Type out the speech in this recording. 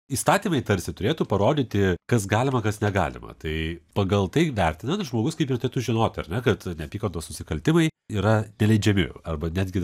įstatymai tarsi turėtų parodyti kas galima kas negalima tai pagal tai vertinant žmogus kaip ir turėtų žinoti ar ne kad neapykantos nusikaltimai yra neleidžiami arba netgi